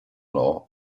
law